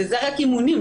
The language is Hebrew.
וזה רק האימונים,